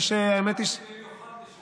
באתי במיוחד בשבילך.